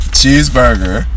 Cheeseburger